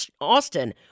Austin